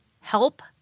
help